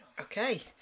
Okay